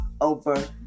over